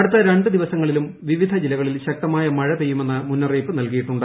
അടുത്ത രണ്ടു ദിവീസങ്ങളിലും വിവിധ ജില്ലകളിൽ ശക്തമായ മഴ പെയ്യുമെന്ന് മുന്നുറിയിപ്പ് നൽകിയിട്ടുണ്ട്